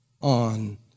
on